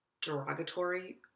derogatory